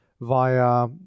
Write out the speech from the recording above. via